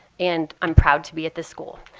and i'm proud to be at this school.